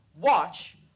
watch